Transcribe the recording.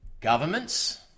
Governments